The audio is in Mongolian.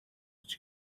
гэж